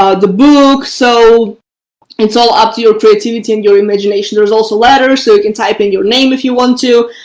ah the book so it's all up to your creativity and your imagination. there's also a letter so you can type in your name if you want to.